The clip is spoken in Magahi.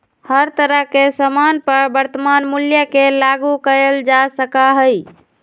हर तरह के सामान पर वर्तमान मूल्य के लागू कइल जा सका हई